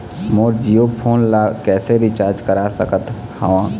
मोर Jio phone ला किसे recharge करा सकत हवं?